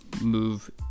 move